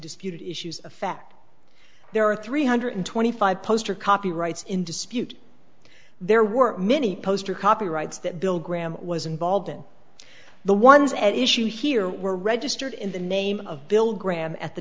disputed issues of fact there are three hundred twenty five poster copyrights in dispute there were many poster copyrights that bill graham was involved in the ones at issue here were registered in the name of